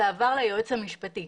זה עבר ליועץ המשפטי.